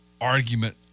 argument